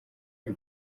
y’u